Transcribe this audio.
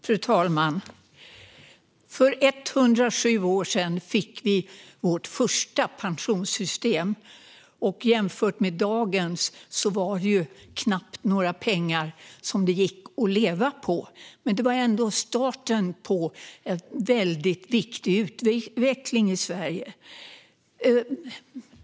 Fru talman! För 107 år sedan fick vi vårt första pensionssystem. Jämfört med dagens pensioner var det knappt några pengar som det gick att leva på. Men det var ändå starten på en väldigt viktig utveckling i Sverige.